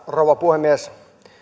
rouva puhemies